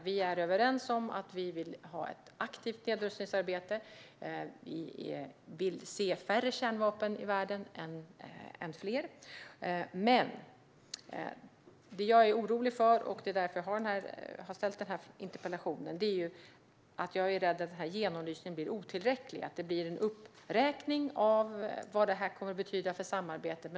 Vi är överens om att vi vill ha ett aktivt nedrustningsarbete och se färre kärnvapen i världen, men det jag är orolig för, och det är därför jag har ställt den här interpellationen, är att den här genomlysningen blir otillräcklig, att det blir en uppräkning av vad det här kommer att betyda för samarbetet.